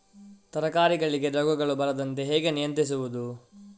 ತರಕಾರಿಗಳಿಗೆ ರೋಗಗಳು ಬರದಂತೆ ಹೇಗೆ ನಿಯಂತ್ರಿಸುವುದು?